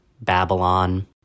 Babylon